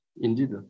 Indeed